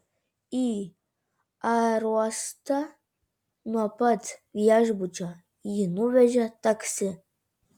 į aerouostą nuo pat viešbučio jį nuvežė taksi